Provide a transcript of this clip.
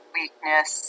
weakness